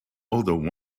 although